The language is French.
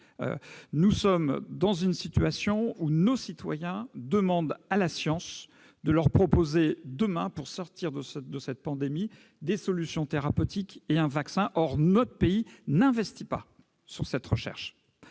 Alors que nos citoyens demandent à la science de leur proposer demain, pour sortir de cette pandémie, des solutions thérapeutiques et un vaccin, notre pays n'investit pas dans cette recherche.